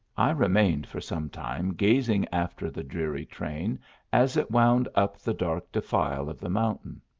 i remained for some time gazing after the dreary train as it wound up the dark defile of the mountain.